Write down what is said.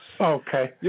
Okay